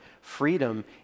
Freedom